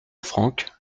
francke